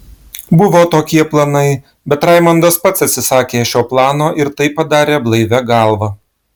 buvo tokie planai bet raimondas pats atsisakė šio plano ir tai padarė blaivia galva